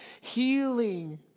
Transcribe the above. healing